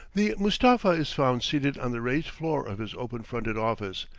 the mustapha is found seated on the raised floor of his open-fronted office,